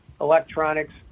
electronics